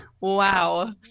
wow